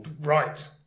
Right